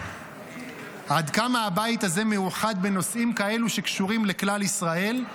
עד כמה הבית הזה מאוחד בנושאים כאלו שקשורים לכלל ישראל.